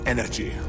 Energy